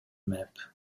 map